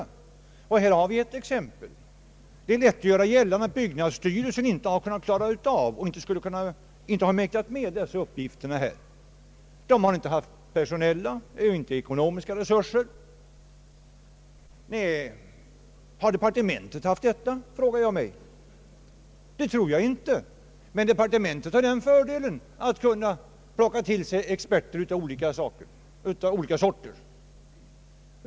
Här har vi ett exempel. Det är lätt att göra gällande att byggnadsstyrelsen inte har mäktat med dessa uppgifter. Den har helt enkelt inte haft erforderliga ekonomiska och personella resurser. Departementet däremot har haft fördelen att kunna plocka till sig experter av olika slag.